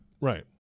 Right